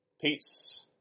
Peace